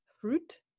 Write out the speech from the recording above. fruit